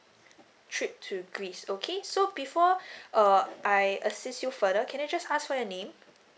trip to greece okay so before uh I assist you further can I just ask for your name